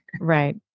Right